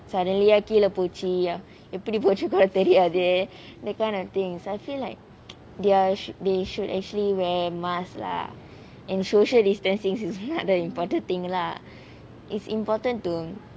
suddenly கீழ போச்சி எப்பிடி போச்சின்னு கூட தெரியாது:keela pochi epidi pochinu kuda teriyathu that kind of things I feel like they're they should be should actually wear mask lah and social distancing is rather important thing lah is important to